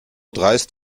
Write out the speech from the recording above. dreist